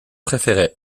préférait